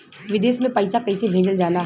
विदेश में पैसा कैसे भेजल जाला?